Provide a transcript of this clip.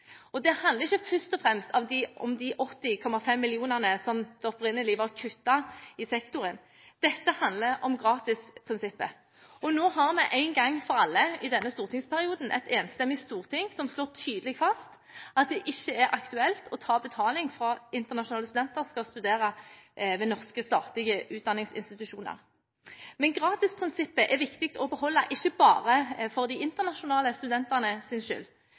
budsjettet. Det handler ikke først og fremst om de 80,5 mill. kr som opprinnelig var kuttet i sektoren, dette handler om gratisprinsippet. Nå har vi en gang for alle i denne stortingsperioden et enstemmig storting som slår tydelig fast at det ikke er aktuelt å ta betaling fra internasjonale studenter som skal studere ved norske statlige utdanningsinstitusjoner. Men gratisprinsippet er viktig å beholde ikke bare for de internasjonale studentenes skyld,